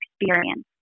experience